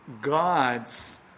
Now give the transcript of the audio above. God's